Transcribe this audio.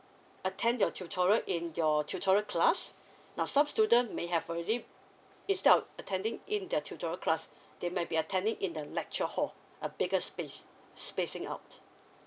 attend your tutorial in your tutorial class now some student may have already instead of attending in their tutorial class they might be attending in the lecture hall a bigger space spacing out